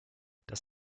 dass